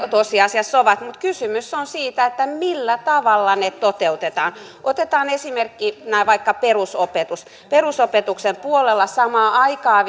tosiasiassa ovat mutta kysymys on siitä millä tavalla ne toteutetaan otetaan esimerkkinä vaikka perusopetus perusopetuksen puolella samaan aikaan